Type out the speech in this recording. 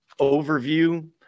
overview